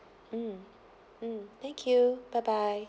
mm mm thank you bye bye